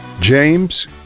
James